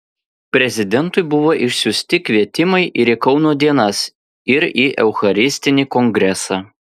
prezidentui buvo išsiųsti kvietimai ir į kauno dienas ir į eucharistinį kongresą